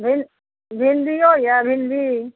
भिण्डीयो यऽ भिण्डी